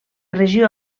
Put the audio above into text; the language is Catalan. regió